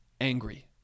angry